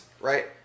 right